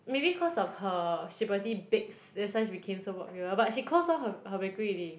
maybe cause of her Shiberty Bakes that's why she became so popular but she closed all her all her bakery already